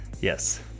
Yes